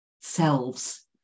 selves